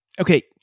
okay